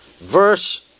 verse